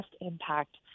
impact